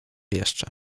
jeszcze